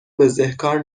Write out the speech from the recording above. بزهکار